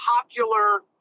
popular